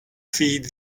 feed